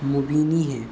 مبنی ہیں